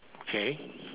okay